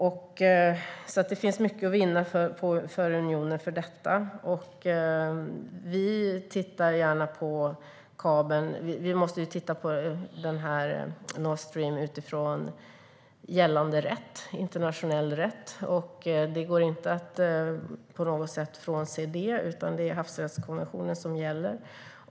Det finns alltså mycket att vinna för unionen. Vi måste titta på Nordstream utifrån gällande internationell rätt. Det går inte att på något sätt frånse det. Det är havsrättskonventionen som gäller.